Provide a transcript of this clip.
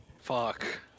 Fuck